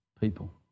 people